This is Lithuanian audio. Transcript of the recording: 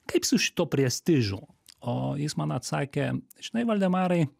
kaip su šituo prestižu o jis man atsakė žinai valdemarai